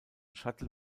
shuttle